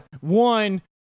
One